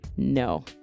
No